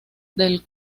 del